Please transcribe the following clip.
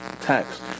tax